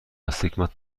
آستیگمات